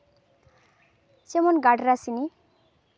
ᱡᱮᱢᱚᱱ ᱜᱟᱰᱨᱟᱥᱤᱱᱤ